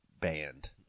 band